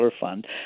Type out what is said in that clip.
fund